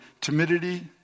timidity